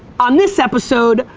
on this episode,